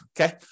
okay